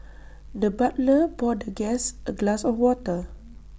the butler poured the guest A glass of water